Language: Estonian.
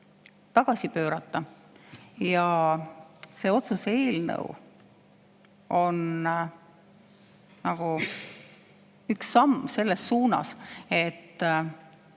tagasi pöörata. Ja see otsuse eelnõu on üks samm selles suunas, et